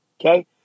okay